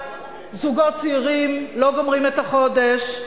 זוגות צעירים לא גומרים את החודש.